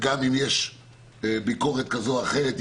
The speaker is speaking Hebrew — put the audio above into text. גם אם יש ביקורת כזו או אחרת,